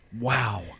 Wow